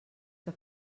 que